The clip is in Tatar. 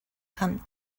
һәм